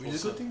closer